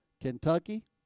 Kentucky